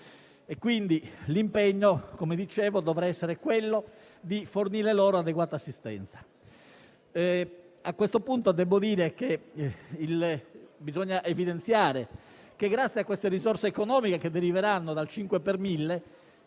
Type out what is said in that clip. Quindi, l'impegno dovrà essere quello di fornire loro adeguata assistenza. Bisogna evidenziare che, grazie alle risorse economiche che deriveranno dal 5 per mille,